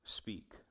Speak